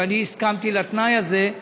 וצריך שתהיה איזושהי בקרה ממשלתית,